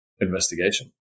investigation